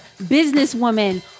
businesswoman